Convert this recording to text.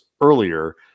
earlier